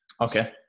Okay